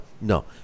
No